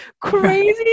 crazy